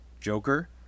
Joker